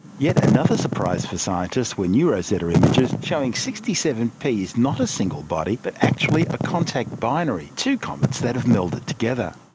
yet another surprise for scientists were new rosetta images showing sixty seven p is not a single body but actually a contact binary, two comets that have melded together.